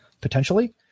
potentially